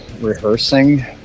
rehearsing